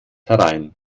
herein